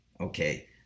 Okay